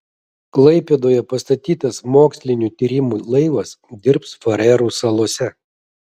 klaipėdoje pastatytas mokslinių tyrimų laivas dirbs farerų salose